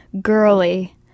girly